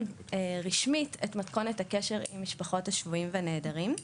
רשמית את מתכונת הקשר עם משפחות השבויים והנעדרים.